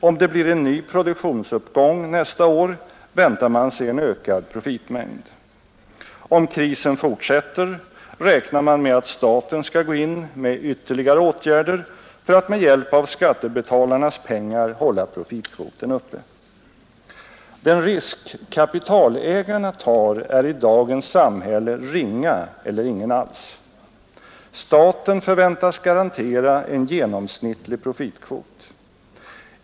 Om det blir en ny produktionsuppgång nästa år väntar man sig en ökad profitmängd. Om krisen fortsätter räknar man med att staten skall gå in med ytterligare åtgärder för att med hjälp av skattebetalarnas pengar hålla profitkvoten uppe. Den risk kapitalägarna tar är i dagens samhälle ringa eller ingen alls. Staten förväntas garantera en genomsnittlig profitkvot.